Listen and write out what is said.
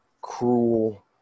cruel